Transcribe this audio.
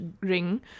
ring